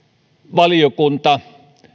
valiokunta